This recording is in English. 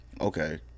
okay